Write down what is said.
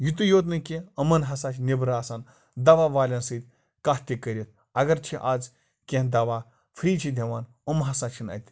یُتُے یوت نہٕ کیٚنٛہہ یِمَن ہسا چھِ نیٚبرٕ آسان دَوا والٮ۪ن سۭتۍ کَتھ تہِ کٔرِتھ اَگر چھِ آز کیٚنٛہہ دَوا فِرٛی چھِ دِوان یِم ہسا چھِنہٕ اَتہِ